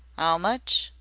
ow much,